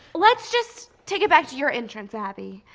lets just take it back to your entrance abby.